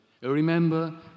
Remember